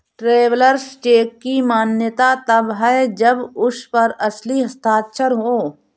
travellers cheque की मान्यता तब है जब उस पर असली हस्ताक्षर हो